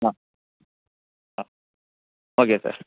ஆ ஆ okay sir